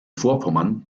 vorpommern